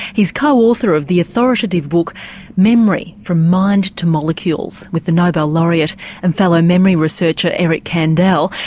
he's co-author of the authoritative book memory from mind to molecules, with the nobel laureate and fellow memory researcher eric kandel.